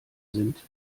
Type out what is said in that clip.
sind